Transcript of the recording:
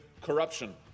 corruption